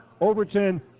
Overton